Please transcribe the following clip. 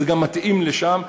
זה גם מתאים לשם,